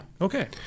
Okay